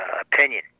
opinion